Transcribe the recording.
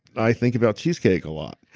i think about cheesecake a lot